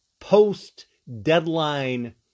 Post-Deadline